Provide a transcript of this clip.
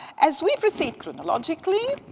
as we proceed chronologically,